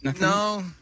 No